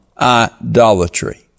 idolatry